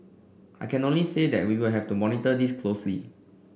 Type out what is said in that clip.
I can only say that we will have to monitor this closely